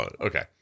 Okay